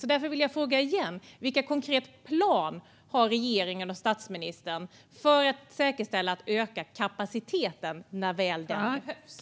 Jag frågar därför igen: Vilken konkret plan har regeringen och statsministern för att säkerställa en ökad kapacitet när det behövs?